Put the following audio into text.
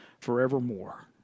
forevermore